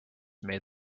made